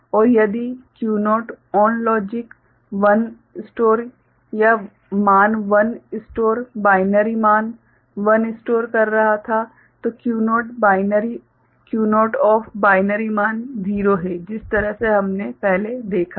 और यदि Q0 ON logic 1 संग्रहीत या मान 1 संग्रहीत बाइनरी मान 1 संग्रहीत था तो Q0 OFF बाइनरी मान 0 है जिस तरह से हमने पहले देखा है